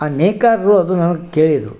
ಆ ನೇಕಾರರು ಅದು ನನಗೆ ಕೇಳಿದರು